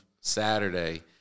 Saturday